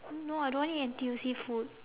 no I don't want eat N_T_U_C food